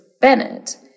Bennett